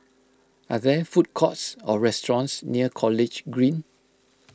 are there food courts or restaurants near College Green